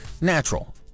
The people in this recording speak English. natural